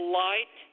light